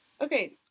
Okay